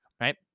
right